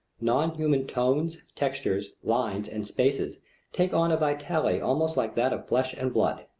non-human tones, textures, lines, and spaces take on a vitality almost like that of flesh and blood.